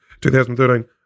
2013